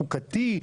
חוקתי,